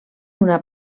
una